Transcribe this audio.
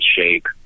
shape